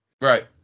Right